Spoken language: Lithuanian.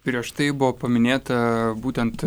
prieš tai buvo paminėta būtent